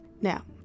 Now